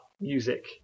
music